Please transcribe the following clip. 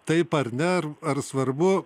taip ar ne ar ar svarbu